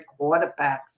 quarterbacks